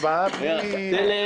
כן, כי אחרת זה סתם הצבעה.